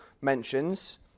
mentions